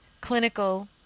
clinical